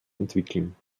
entwickeln